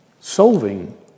solving